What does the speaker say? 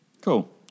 Cool